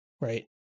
right